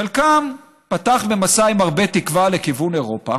חלקם פתח במסע עם הרבה תקווה לכיוון אירופה